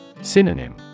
Synonym